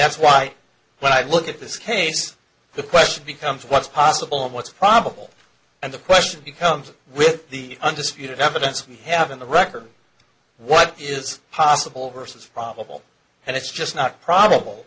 that's why when i look at this case the question becomes what's possible and what's probable and the question becomes with the undisputed evidence we have in the record what is possible versus probable and it's just not probable